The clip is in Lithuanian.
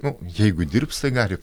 nu jeigu dirbs tai gali